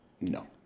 no